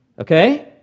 Okay